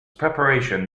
preparation